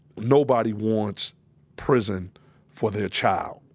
nobody wants prison for their child.